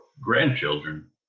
grandchildren